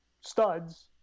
studs